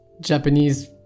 Japanese